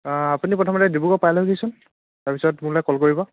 আপুনি প্ৰথমতে ডিব্ৰুগড় পাই লওকহিচোন তাৰপিছত মোলৈ কল কৰিব